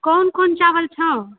कौन कौन चावल छौ